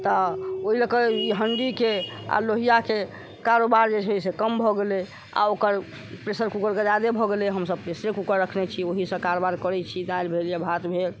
तऽ ओहि लएके ई हण्डीके आओर लोहियाके कारोबार जे छै से कम भऽ गेलैओ आओर ओकर प्रेसर कूकरके जादे भऽ गेलैए हमसब प्रेसरे कूकर रखने छी ओहीसँ कारबार करै छी दालि भेल भात भेल